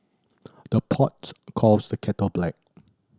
the pot calls the kettle black